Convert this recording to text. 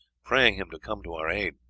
praying him to come to our aid.